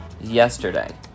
yesterday